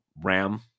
Ram